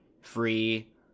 Free